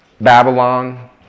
Babylon